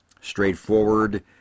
straightforward